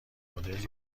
نودل